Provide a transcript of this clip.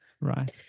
Right